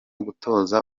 gutoza